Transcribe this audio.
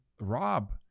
rob